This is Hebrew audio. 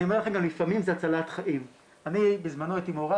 ואני אומר לכם, גם לפעמים זה הצלת חיים.